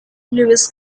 luis